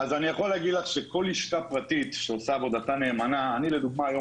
להגיד לך שכל לשכה פרטית שעושה את עבודתה נאמנה אני לדוגמה היום